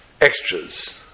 extras